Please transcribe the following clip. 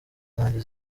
zanjye